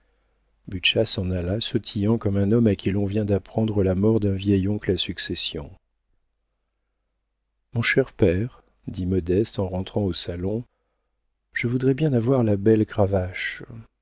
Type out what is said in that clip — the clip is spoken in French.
s'en alla sautillant comme un homme à qui l'on vient d'apprendre la mort d'un vieil oncle à succession mon cher père dit modeste en rentrant au salon je voudrais bien avoir la belle cravache